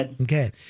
Okay